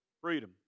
Freedom